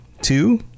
Two